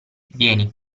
vieni